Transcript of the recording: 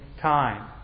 time